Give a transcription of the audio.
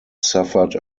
suffered